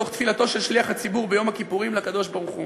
מתוך תפילתו של שליח הציבור ביום הכיפורים לקדוש-ברוך-הוא,